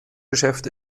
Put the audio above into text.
geschäft